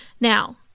Now